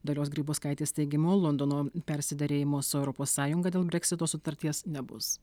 dalios grybauskaitės teigimu londono persiderėjimo su europos sąjunga dėl breksito sutarties nebus